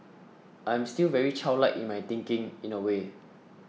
I'm still very childlike in my thinking in a way